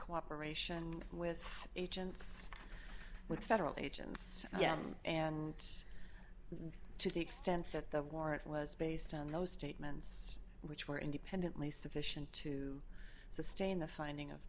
cooperation with agents with federal agents yes and to the extent that the warrant was based on those statements which were independently sufficient to sustain the finding of